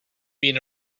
been